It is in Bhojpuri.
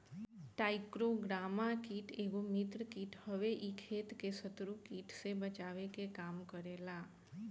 टाईक्रोग्रामा कीट एगो मित्र कीट हवे इ खेत के शत्रु कीट से बचावे के काम करेला